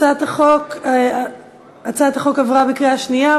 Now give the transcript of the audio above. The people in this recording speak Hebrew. הצעת החוק עברה בקריאה שנייה,